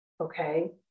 Okay